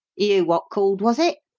you wot called, was it?